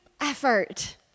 effort